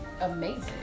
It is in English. amazing